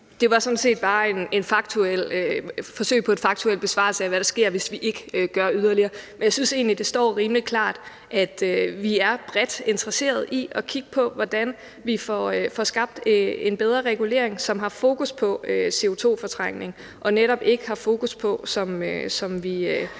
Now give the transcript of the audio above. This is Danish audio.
Det var sådan set bare et forsøg på en faktuel besvarelse af, hvad der sker, hvis vi ikke gør yderligere. Jeg synes egentlig, det står rimelig klart, at vi er bredt interesseret i at kigge på, hvordan vi får skabt en bedre regulering, som har fokus på CO2-fortrængning og netop ikke har fokus på, som vi